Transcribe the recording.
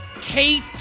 Kate